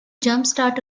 jumpstart